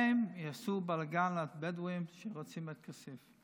הם יעשו בלגן לבדואים שרוצים את כסיף.